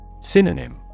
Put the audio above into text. Synonym